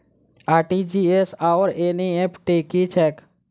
RTGS आओर NEFT की छैक?